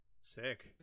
Sick